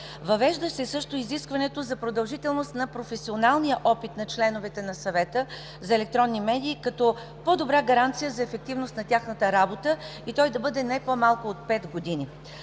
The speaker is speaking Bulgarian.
Въвежда се също изискване за продължителност на професионалния опит на членовете на Съвета за електронни медии като по-добра гаранция за ефективност на тяхната работа, и той да бъде не по-малко от пет години.